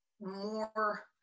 more